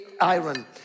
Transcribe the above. iron